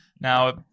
Now